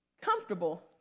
comfortable